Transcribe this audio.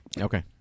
okay